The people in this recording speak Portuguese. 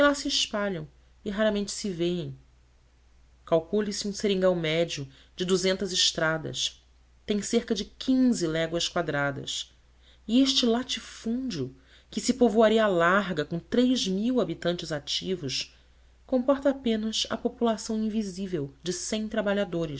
se espalham e raramente se vêem calcule-se um seringal médio de duzentas estradas tem cerca de léguas quadradas e este latifúndio que se povoaria à larga com habitantes ativos comporta apenas a população invisível de trabalhadores